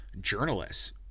journalists